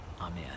Amen